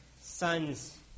sons